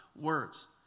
words